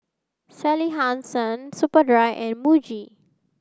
Sally Hansen Superdry and Muji